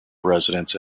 residence